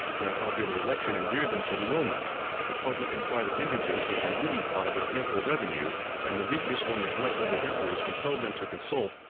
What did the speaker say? their popular election endeared them to the romans the public and private indigence was relieved by their ample revenue and the weakness or neglect of the emperors compelled them to consult,